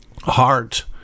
Heart